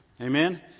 Amen